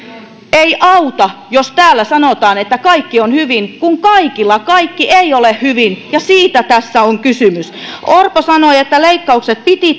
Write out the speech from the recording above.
ei auta jos täällä sanotaan että kaikki on hyvin kun kaikilla kaikki ei ole hyvin siitä tässä on kysymys orpo sanoi että leikkaukset piti